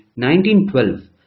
1912